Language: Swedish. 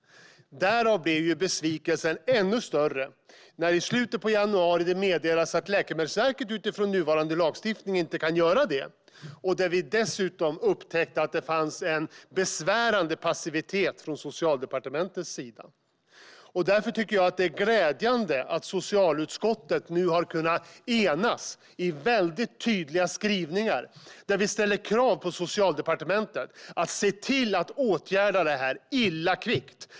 Därför blev besvikelsen ännu större när det i slutet av januari meddelades att Läkemedelsverket utifrån nuvarande lagstiftning inte kan göra det. Dessutom upptäckte vi att det fanns en besvärande passivitet från Socialdepartementets sida. Därför är det glädjande att socialutskottet nu har kunnat enas i mycket tydliga skrivningar, där vi ställer krav på Socialdepartementet att se till att åtgärda detta illa kvickt.